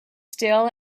still